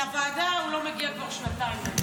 לוועדה הוא לא מגיע כבר שנתיים.